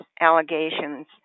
allegations